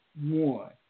one